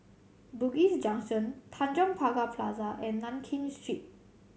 Bugis Junction Tanjong Pagar Plaza and Nankin Street